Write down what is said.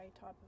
type